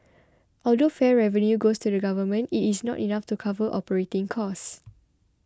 although fare revenue goes to the Government it is not enough to cover operating costs